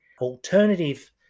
alternative